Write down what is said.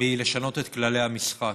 מלשנות את כללי המשחק.